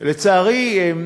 לצערי,